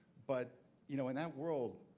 but you know in that world,